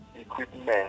equipment